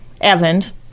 Evans